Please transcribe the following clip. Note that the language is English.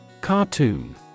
Cartoon